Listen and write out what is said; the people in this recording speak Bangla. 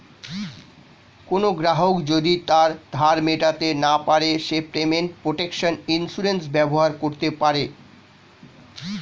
কোনো গ্রাহক যদি তার ধার মেটাতে না পারে সে পেমেন্ট প্রটেকশন ইন্সুরেন্স ব্যবহার করতে পারে